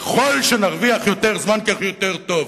ככל שנרוויח יותר זמן כך יהיה יותר טוב?